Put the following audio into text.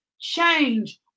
change